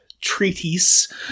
treatise